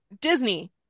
Disney